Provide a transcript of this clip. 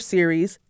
Series